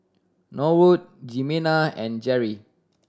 Norwood Jimena and Jerri